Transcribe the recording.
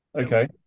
Okay